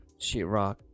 sheetrock